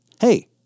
Hey